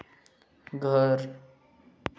घर